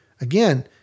Again